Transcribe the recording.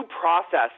process